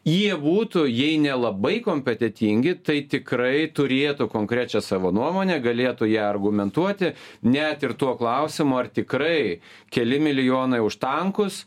jie būtų jei ne labai kompetentingi tai tikrai turėtų konkrečią savo nuomonę galėtų ją argumentuoti net ir tuo klausimo ar tikrai keli milijonai už tankus